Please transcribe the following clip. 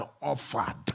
offered